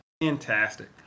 fantastic